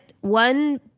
one